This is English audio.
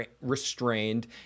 restrained